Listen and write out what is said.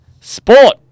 Sport